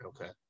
okay